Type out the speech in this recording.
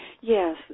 yes